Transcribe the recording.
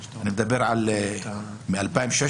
מ-2016,